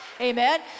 amen